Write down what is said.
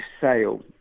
sale